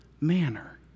manner